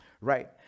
right